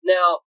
Now